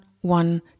One